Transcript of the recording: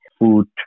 food